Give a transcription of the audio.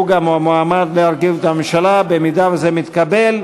הוא גם המועמד להרכיב את הממשלה במידה וזה מתקבל.